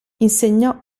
insegnò